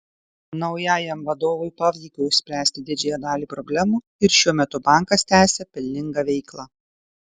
naujajam vadovui pavyko išspręsti didžiąją dalį problemų ir šiuo metu bankas tęsią pelningą veiklą